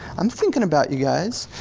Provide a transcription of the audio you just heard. i'm thinking about you guys,